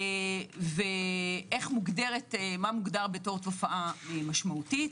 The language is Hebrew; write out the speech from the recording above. מה מוגדר כתופעה משמעותית.